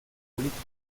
política